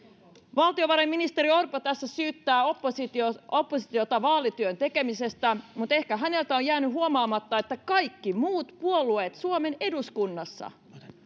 valtiovarainministeri orpo tässä syyttää oppositiota vaalityön tekemisestä mutta ehkä häneltä on jäänyt huomaamatta että kaikki muut puolueet suomen eduskunnassa